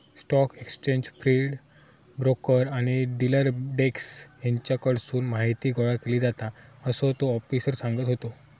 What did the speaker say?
stock exchange feed, broker आणि dealer desk हेच्याकडसून माहीती गोळा केली जाता, असा तो आफिसर सांगत होतो